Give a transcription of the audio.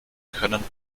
können